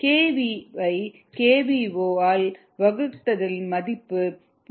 xv வை xvo ஆல் வகுத்தல்இன் மதிப்பு 0